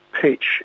pitch